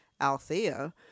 Althea